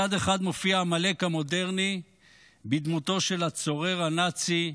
מצד אחד מופיע עמלק המודרני בדמותו של הצורר הנאצי,